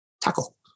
tackle